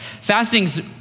Fasting's